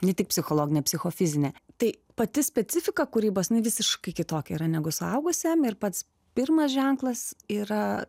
ne tik psichologine psichofizine tai pati specifika kūrybos jinai visiškai kitokia yra negu suaugusiam ir pats pirmas ženklas yra